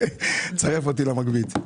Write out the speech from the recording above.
תצרף אותי למגבית.